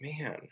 Man